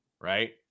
right